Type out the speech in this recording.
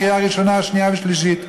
וקריאה ראשונה ושנייה ושלישית.